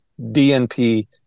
DNP